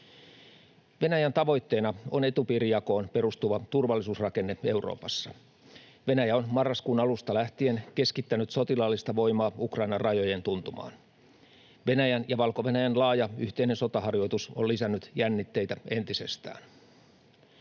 Venäjän tavoitteena on etupiirijakoon perustuva turvallisuusrakenne Euroopassa. Venäjä on marraskuun alusta lähtien keskittänyt sotilaallista voimaa Ukrainan rajojen tuntumaan. Venäjän ja Valko-Venäjän laaja yhteinen sotaharjoitus on lisännyt jännitteitä entisestään.